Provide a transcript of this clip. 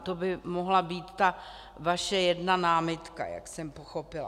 To by mohla být ta vaše jedna námitka, jak jsem pochopila.